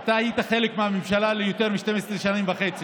אתה היית חלק מממשלה של יותר מ-12 שנים וחצי,